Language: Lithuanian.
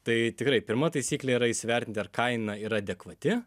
tai tikrai pirma taisyklė yra įsivertinti ar kaina yra adekvati